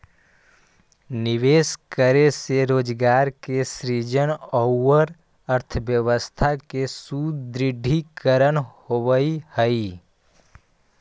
निवेश करे से रोजगार के सृजन औउर अर्थव्यवस्था के सुदृढ़ीकरण होवऽ हई